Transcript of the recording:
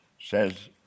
says